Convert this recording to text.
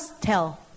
tell